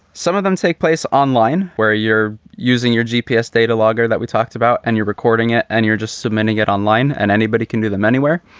some of them take place online where you're using your g p s. data logger that we talked about and you're recording it and you're just submitting it online and anybody can do them anywhere.